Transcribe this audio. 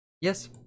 Yes